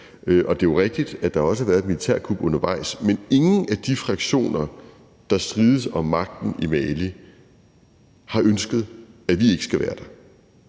og det er jo rigtigt, at der også har været et militærkup undervejs, men ingen af de fraktioner, der strides om magten i Mali, har ønsket, at vi ikke skal være der.